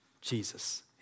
Jesus